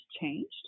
changed